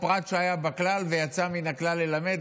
פרט שהיה בכלל ויצא מן הכלל ללמד,